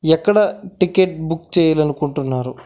ఎక్కడ ticket book చేయాలి అనుకుంటున్నారు